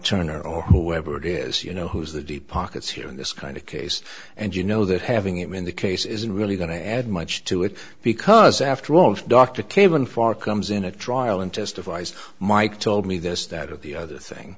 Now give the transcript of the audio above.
turner or whoever it is you know who is the deep pockets here in this kind of case and you know that having him in the case isn't really going to add much to it because after all if dr kevin far comes in a trial and testifies mike told me this that or the other thing